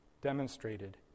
demonstrated